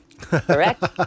Correct